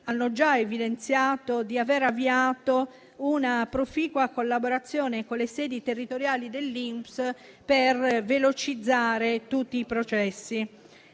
hanno già evidenziato di aver avviato una proficua collaborazione con le sedi territoriali dell'INPS per velocizzare tutti i processi.